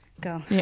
Go